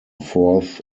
fourth